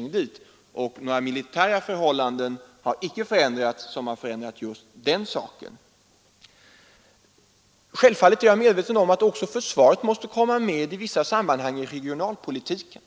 Några förändringar i de militära förhållandena har icke inträtt som påverkar den bedömningen. Självfallet är jag medveten om att också försvaret måste komma med i vissa sammanhang i regionalpolitiken.